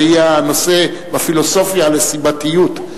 הרי נושא בפילוסופיה, על סיבתיות.